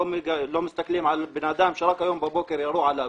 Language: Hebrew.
לא מסתכלים על נהג שרק הבוקר ירו עליו,